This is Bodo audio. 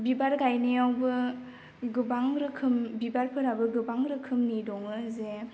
बिबार गायनायावबो गोबां रोखोम बिबारफोराबो गोबां रोखोमनि दङ जे